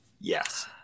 Yes